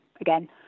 again